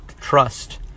trust